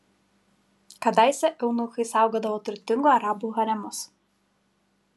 kadaise eunuchai saugodavo turtingų arabų haremus